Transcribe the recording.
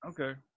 Okay